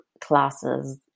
classes